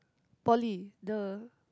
poly the